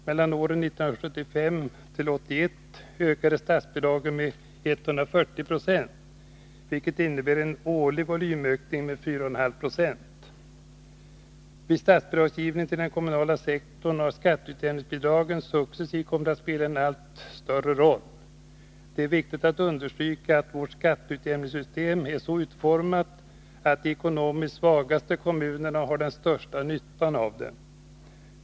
Mellan år 1975 och år 1981 ökade statsbidragen med 140 96, vilket innebär en årlig volymökning på 4,5 90. Vid statsbidragsgivningen till den kommunala sektorn har skatteutjämningsbidragen successivt kommit att spela en allt större roll. Det är viktigt att understryka att vårt skatteutjämningssystem är så utformat att de ekonomiskt svagaste kommunerna har den största nyttan av det.